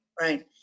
Right